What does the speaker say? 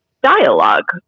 dialogue